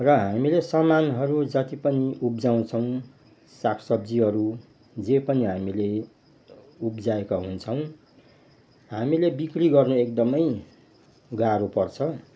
र हामीले सामानहरू जति पनि उब्जाउँछौँ सागसब्जीहरू जे पनि हामीले उब्जाएका हुन्छौँ हामीले बिक्री गर्नु एकदमै गाह्रो पर्छ